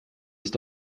ist